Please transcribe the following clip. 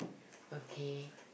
okay